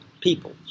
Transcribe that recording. people